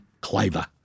Claver